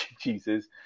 Jesus